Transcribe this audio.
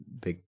big